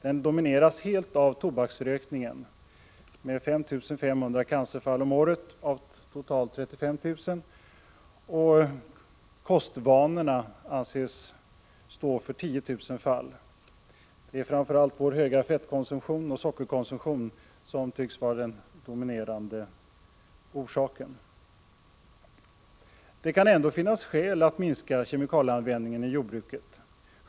Den domineras helt av tobaksrökningen, med 5 500 cancerfall om året av totalt ca 35 000, och av kostvanorna, med 10 000 fall. Det är framför allt vår höga fettoch sockerkonsumtion som tycks vara den dominerande orsaken. Det kan ändå finnas skäl att minska kemikalieanvändningen i jordbruket.